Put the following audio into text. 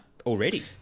already